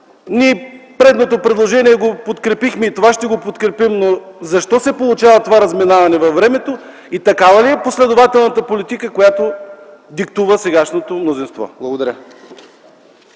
предното предложение, и това ще подкрепим, но защо се получава това разминаване във времето и такава ли е последователната политика, която диктува сегашното мнозинство? Благодаря.